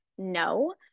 no